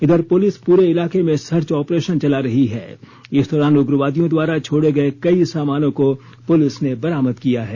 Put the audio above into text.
इधर पुलिस पूरे इलाके में सर्च ऑपरेशन चला रही है इस दौरान उग्रवादियों द्वारा छोड़े गए कई सामानों को पुलिस ने बरामद किया है